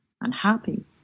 unhappy